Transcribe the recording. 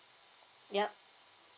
yup